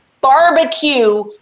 barbecue